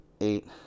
eight